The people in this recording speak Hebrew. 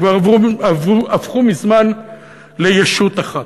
הם כבר הפכו מזמן לישות אחת.